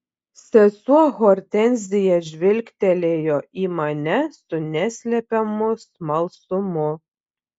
sesuo hortenzija žvilgtelėjo į mane su neslepiamu smalsumu